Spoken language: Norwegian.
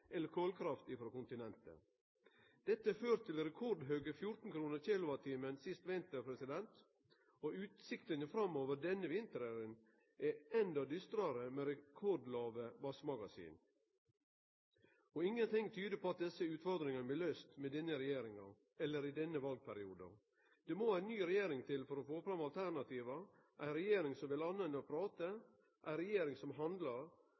eller kolkrafta frå kontinentet. Dette førte til rekordhøge 14 kr/kWh sist vinter, og utsiktene framover denne vinteren er endå dystrare, med rekordlåge vassmagasin. Og ingenting tyder på at desse utfordringane blir løyste med denne regjeringa eller i denne valperioden. Det må ei ny regjering til for å få fram alternativa, ei regjering som vil noko anna enn å prate, ei regjering som handlar